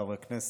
חברי הכנסת,